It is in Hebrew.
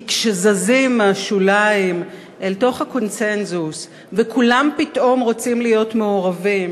כי כשזזים מהשוליים אל תוך הקונסנזוס וכולם פתאום רוצים להיות מעורבים